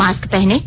mask पहनें